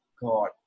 God